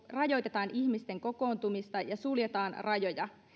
rajoitetaan ihmisten kokoontumista ja suljetaan rajoja